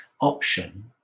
option